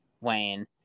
Wayne